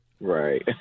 Right